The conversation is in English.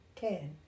Ten